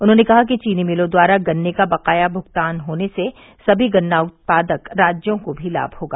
उन्होंने कहा कि चीनी मिलों द्वारा गन्ने का बकाया भुगतान होने से सभी गन्ना उत्पादक राज्यों को भी लाभ होगा